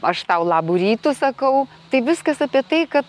aš tau labų rytų sakau tai viskas apie tai kad